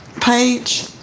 page